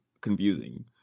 confusing